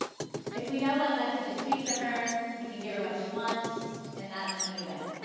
if we know what messages speak to her, we can give her what she wants, and that's when we win.